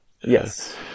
yes